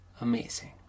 amazing